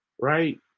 Right